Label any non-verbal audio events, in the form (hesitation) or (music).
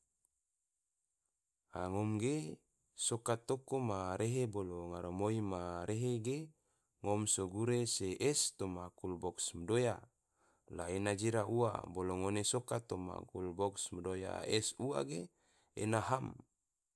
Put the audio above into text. (hesitation) a ngom ge, soka toko ma rehe bolo ngaramoi ma rehe ge ngom so gure se es toma kulbox mdoya la ena jira ua, bolo ngone soka toma kulbox mdoya es ua ge ena ham